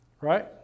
Right